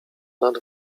nad